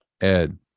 Ed